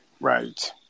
Right